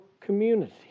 community